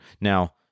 Now